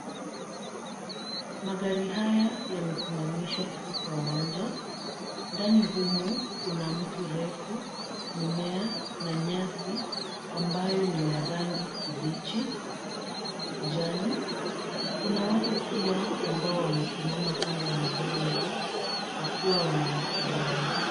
Magari haya yamesimamishwa katika uwanja. Ndani humu, kuna mti refu, mimea na nyasi ambayo ni la rangi ya kijani kibichi. Kuna watu pia ambao wamesimama kando ya magari yao, wakiwa wanawasiliana.